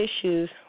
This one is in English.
issues